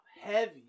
heavy